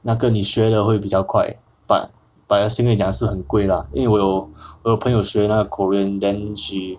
那个你学的会比较快 but 要先跟你讲是很贵 lah 因为我有我有朋友学那个 korean then she